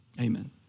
Amen